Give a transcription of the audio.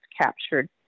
captured